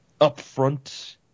upfront